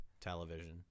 Television